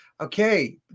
okay